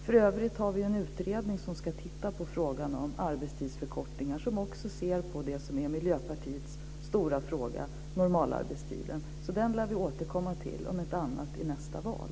För övrigt har vi en utredning som ska titta på frågan om arbetstidsförkortning och som också ser på det som är Miljöpartiets stora fråga, normalarbetstiden. Den lär vi återkomma till, om inte annat så vid nästa val.